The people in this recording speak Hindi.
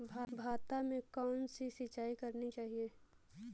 भाता में कौन सी सिंचाई करनी चाहिये?